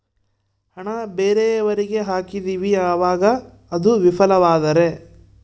ಹಣ ಬೇರೆಯವರಿಗೆ ಹಾಕಿದಿವಿ ಅವಾಗ ಅದು ವಿಫಲವಾದರೆ?